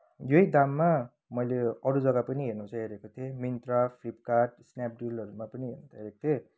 यही दाममा मैले अरू जग्गा पनि हेर्नु चाहिँ हेरेको थिएँ मिन्त्रा फ्लिपकार्ट स्न्यापडिलहरूमा पनि हेरेको थिएँ